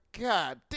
God